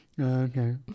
Okay